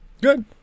good